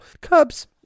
Cubs